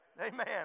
amen